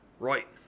right